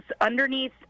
underneath